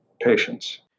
patients